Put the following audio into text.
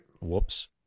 Whoops